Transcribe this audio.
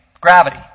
Gravity